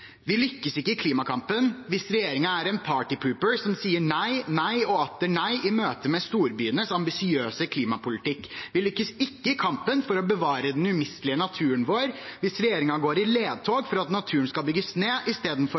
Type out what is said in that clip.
Vi lykkes ikke i klimakampen hvis regjeringen er en «partypooper» som sier nei, nei og atter nei i møte med storbyenes ambisiøse klimapolitikk. Vi lykkes ikke i kampen for å bevare den umistelige naturen vår hvis regjeringen går inn for at naturen skal bygges ned,